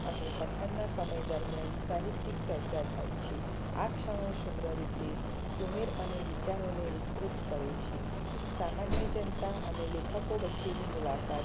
અને પઠનના સમય દરમિયાન સાહિત્યિક ચર્ચા થાય છે આ ક્ષણો સુંદર રીતે સુમેળ અને વિચારોને વિસ્તૃત કરે છે સામાન્ય જનતા અને લેખકો વચ્ચેની મુલાકાત